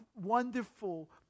wonderful